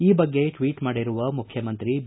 ಈ ಬಗ್ಗೆ ಟ್ವೀಟ್ ಮಾಡಿರುವ ಮುಖ್ಯಮಂತ್ರಿ ಬಿ